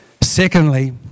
Secondly